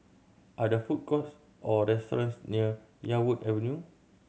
are there food courts or restaurants near Yarwood Avenue